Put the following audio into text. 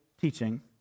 teaching